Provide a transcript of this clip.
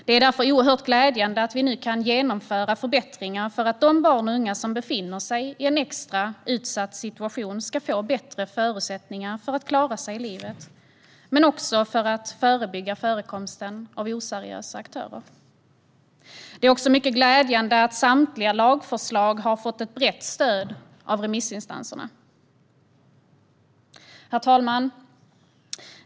Det är därför oerhört glädjande att vi nu kan genomföra förbättringar för att de barn och unga som befinner sig i en extra utsatt situation ska få bättre förutsättningar för att klara sig i livet och för att förebygga förekomsten av oseriösa aktörer. Det är också mycket glädjande att samtliga lagförslag har fått ett brett stöd av remissinstanserna. Herr talman!